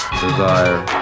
desire